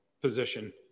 position